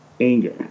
Anger